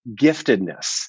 giftedness